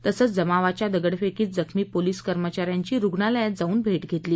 तसंच जमावाच्या दगडफेकीत जखमी पोलिस कर्मचा यांची रूग्णालयात जाऊन भेट घेतली